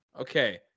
Okay